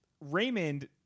Raymond